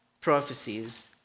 prophecies